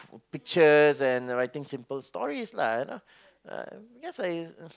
pictures and writing simple stories lah you know I guess I